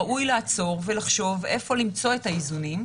ראוי לעצור ולחשוב איפה למצוא את האיזונים.